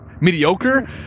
mediocre